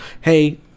hey